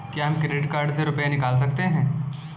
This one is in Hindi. क्या हम क्रेडिट कार्ड से रुपये निकाल सकते हैं?